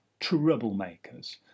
troublemakers